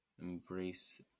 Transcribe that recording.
embrace